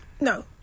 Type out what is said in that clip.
no